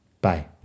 Bye